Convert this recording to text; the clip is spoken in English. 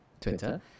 Twitter